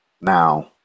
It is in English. Now